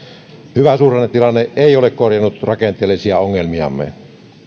hyvä suhdannetilanne ei ole korjannut rakenteellisia ongelmiamme